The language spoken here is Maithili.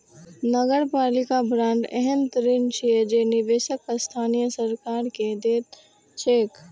नगरपालिका बांड एहन ऋण छियै जे निवेशक स्थानीय सरकार कें दैत छैक